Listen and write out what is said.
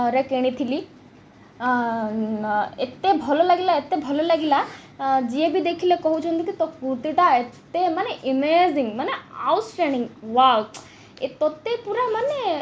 ରେ କିଣିଥିଲି ଏତେ ଭଲ ଲାଗିଲା ଏତେ ଭଲ ଲାଗିଲା ଯିଏ ବି ଦେଖିଲେ କହୁଛନ୍ତି କି ତୋ କୁର୍ତ୍ତୀଟା ଏତେ ମାନେ ଆମେଜିଙ୍ଗ ମାନେ ଆଉଟଷ୍ଟାଣ୍ଡିଙ୍ଗ ୱାଓ ଏ ତତେ ପୁରା ମାନେ